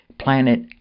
planet